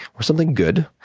or something good.